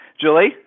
Julie